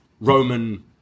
Roman